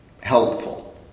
helpful